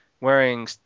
wearing